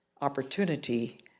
opportunity